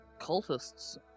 cultists